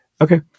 Okay